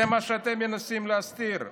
זה מה שאתם מנסים להסתיר?